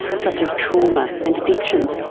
such as trauma and addiction.